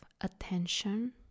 attention